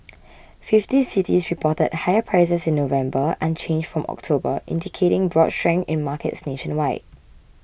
fifty cities reported higher prices in November unchanged from October indicating broad strength in markets nationwide